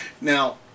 Now